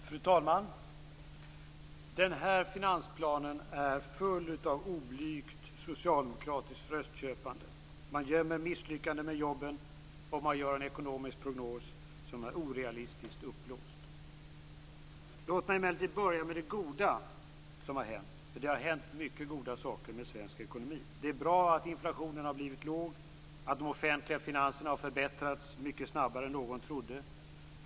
Fru talman! Den här finansplanen är full av oblygt socialdemokratiskt röstköpande. Man gömmer misslyckanden med jobben, och man gör en ekonomisk prognos som är orealistiskt uppblåst. Låt mig emellertid börja med det goda som har hänt, för det har hänt många goda saker med svensk ekonomi. Det är bra att inflationen har blivit låg och att de offentliga finanserna har förbättrats mycket snabbare än någon trodde.